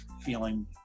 feeling